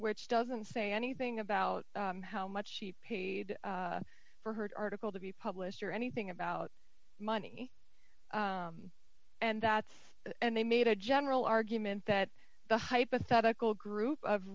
which doesn't say anything about how much she paid for heard article to be published or anything about money and that and they made a general argument that the hypothetical group of